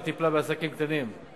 היא טיפלה בעסקים קטנים.